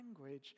language